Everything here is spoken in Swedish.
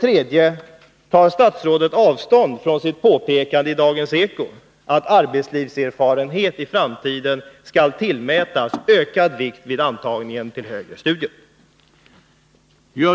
3. Tar statsrådet avstånd från sitt påpekande i Dagens Eko att arbetslivserfarenhet i framtiden skall tillmätas ökad vikt vid antagningen till högre studier?